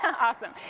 awesome